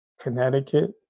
Connecticut